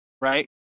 Right